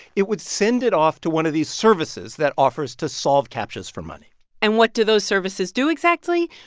it would send it off to one of these services that offers to solve captchas for money and what do those services do exactly?